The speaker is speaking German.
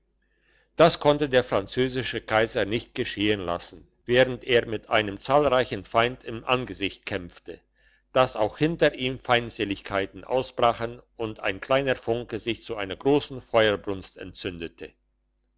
das konnte der französische kaiser nicht geschehen lassen während er mit einem zahlreichen feind im angesicht kämpfte dass auch hinter ihm feindseligkeiten ausbrachen und ein kleiner funke sich zu einer grossen feuersbrunst entzündete